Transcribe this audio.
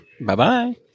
Bye-bye